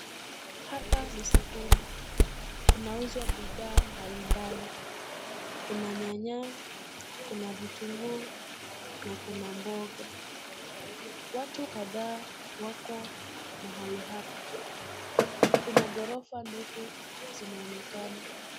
Hapa ni sokoni. Kunauzwa bidhaa mbalimbali. Kuna nyanya, kuna vitunguu na kuna mboga. Watu kadhaa wako mahali hapa. Kuna ghorofa ndefu zinaonekana.